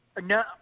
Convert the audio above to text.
No